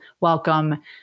welcome